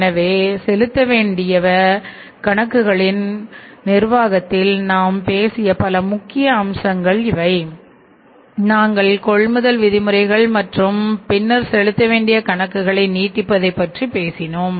எனவேசெலுத்த வேண்டிய கணக்குகளின் நிர்வாகத்தில் நாம் பேசிய சில முக்கிய அம்சங்கள் இவை நாங்கள் கொள்முதல் விதிமுறைகள் மற்றும் பின்னர் செலுத்த வேண்டிய கணக்குகளை நீட்டிப்பது பற்றி பேசினோம்